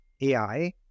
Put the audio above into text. AI